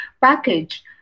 package